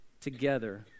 together